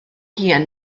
hun